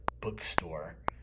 bookstore